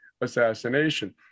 assassination